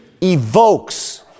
evokes